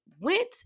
went